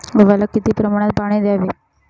गव्हाला किती प्रमाणात पाणी द्यावे?